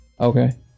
Okay